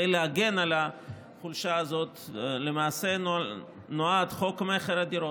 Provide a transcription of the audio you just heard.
כדי להגן על החולשה הזאת נועד חוק מכר (דירות).